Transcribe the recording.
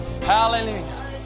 Hallelujah